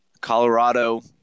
Colorado